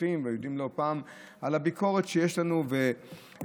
מפקחים ויודעים לא פעם שיש לנו ביקורת,